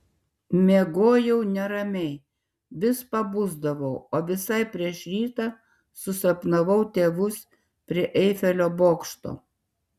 miegojau neramiai vis pabusdavau o visai prieš rytą susapnavau tėvus prie eifelio bokšto